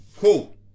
cool